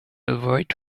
avoid